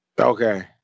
Okay